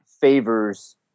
favors